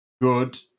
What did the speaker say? good